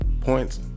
Points